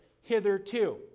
hitherto